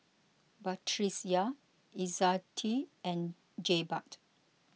Batrisya Izzati and Jebat